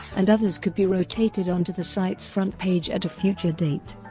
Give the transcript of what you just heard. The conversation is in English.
and others could be rotated onto the site's front page at a future date.